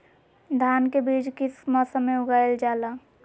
धान के बीज किस मौसम में उगाईल जाला?